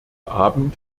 abend